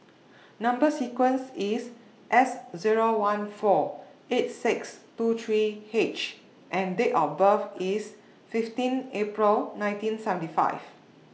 Number sequence IS S Zero one four eight six two three H and Date of birth IS fifteen April nineteen seventy five